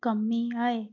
कमी आहे